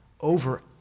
Over